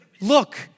look